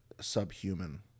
subhuman